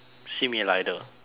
simi 来的